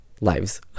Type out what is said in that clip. lives